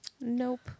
Nope